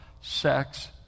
sex